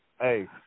Hey